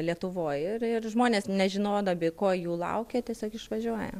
lietuvoj ir ir žmonės nežinodami ko jų laukia tiesiog išvažiuoja